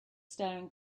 staring